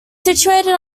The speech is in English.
situated